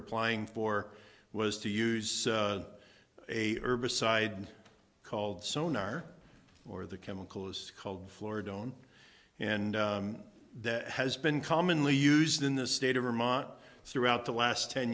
applying for was to use a herbicide called sonar or the chemical called flora don't and that has been commonly used in the state of vermont throughout the last ten